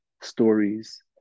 stories